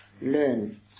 learn